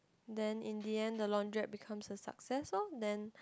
then in the end the laundrette becomes a success lor then